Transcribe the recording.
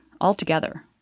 altogether